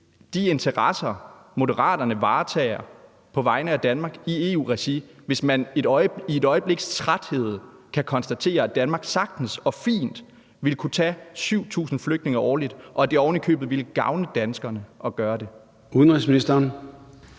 de interesser, Moderaterne varetager på vegne af Danmark i EU-regi, hvis man i et øjebliks træthed kan konstatere, at Danmark sagtens og fint ville kunne tage 7.000 flygtninge årligt, og at det ovenikøbet ville gavne danskerne at gøre det? Kl.